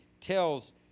tells